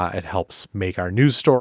ah it helps make our news stories